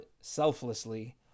selflessly